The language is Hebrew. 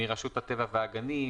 מרשויות הטבע והגנים,